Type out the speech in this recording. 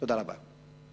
תודה רבה.